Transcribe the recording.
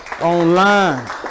online